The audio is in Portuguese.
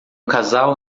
casal